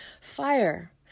Fire